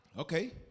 Okay